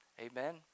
Amen